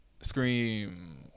scream